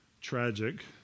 tragic